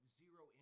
zero